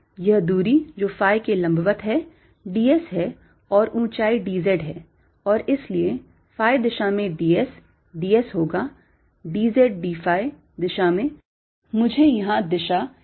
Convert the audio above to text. यह दूरी जो Phi के लंबवत है ds है और ऊँचाई dz है और इसलिए phi दिशा में ds d s होगा d z phi दिशा में मुझे यहाँ दिशा S लिखनी चाहिए थी